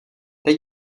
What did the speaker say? teď